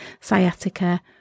sciatica